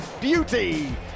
beauty